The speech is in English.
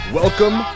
welcome